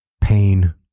pain